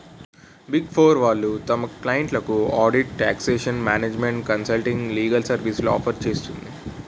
big four వాళ్ళు తమ క్లయింట్లకు audit, taxation, management consulting, legal సర్వీస్లను ఆఫర్ చేస్తుంది